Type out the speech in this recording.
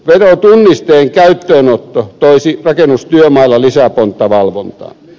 verotunnisteen käyttöönotto toisi rakennustyömailla lisäpontta valvontaan